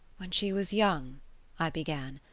when she was young i began,